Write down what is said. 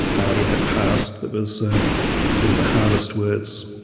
ahlia had passed, that was the hardest words